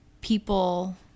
people